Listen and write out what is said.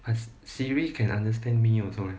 siri can understand me also leh